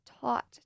taught